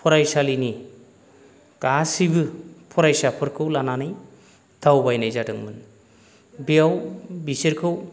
फरायसालिनि गासैबो फरायसाफोरखौ लानानै दावबायनाय जादोंमोन बेयाव बिसोरखौ